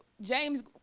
James